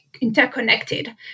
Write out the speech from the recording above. interconnected